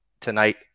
tonight